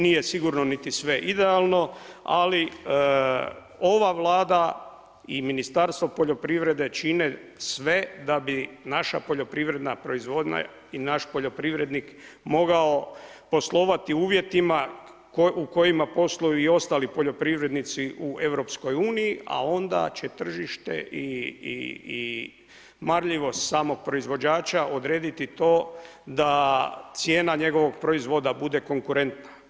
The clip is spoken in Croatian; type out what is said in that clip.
Nije sigurno niti sve idealno, ali ova Vlada i Ministarstvo poljoprivrede čine sve da bi naša poljoprivredna proizvodnja i naš poljoprivrednik mogao poslovati u uvjetima u kojima posluju i ostali poljoprivrednici u Europskoj uniji, a onda će tržište i marljivost samog proizvođača odrediti to da cijena njegovog proizvoda bude konkurentna.